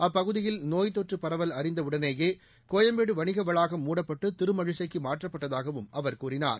அப்பகுதியில் நோய்த்தொற்று பரவல் அறிந்த உடனேயே கோயம்பேடு வணிகவளாகம் மூடப்பட்டு திருமழிசைக்கு மாற்றப்பட்டதாகவும் அவர் கூறினார்